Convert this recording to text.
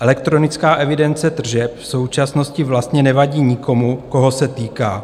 Elektronická evidence tržeb v současnosti vlastně nevadí nikomu, koho se týká.